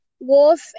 wolf